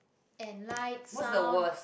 and light sound